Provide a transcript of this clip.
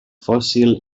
fòssil